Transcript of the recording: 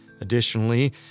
Additionally